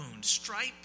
stripe